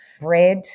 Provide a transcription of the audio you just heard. bread